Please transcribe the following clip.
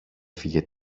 έφυγε